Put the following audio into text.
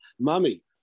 Mummy